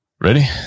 Ready